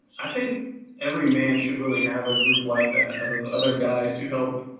i think every man should really have a group like that of other guys who help,